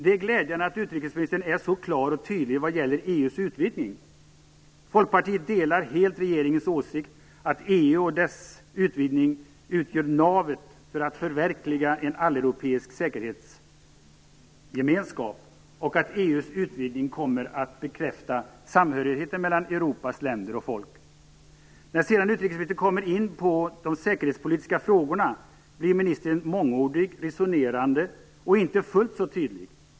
Det är glädjande att utrikesministern är så klar och tydlig vad gäller EU:s utvidgning. Folkpartiet delar helt regeringens åsikt, att EU och dess utvidgning utgör navet för att förverkliga en alleuropeisk säkerhetsgemenskap och att EU:s utvidgning kommer att bekräfta samhörigheten mellan Europas länder och folk. När sedan utrikesministern kommer in på de säkerhetspolitiska frågorna blir ministern mångordig, resonerande och inte fullt så tydlig.